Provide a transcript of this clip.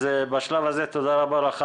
אז בשלב הזה תודה רבה לך,